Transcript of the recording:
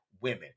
women